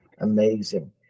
amazing